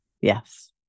yes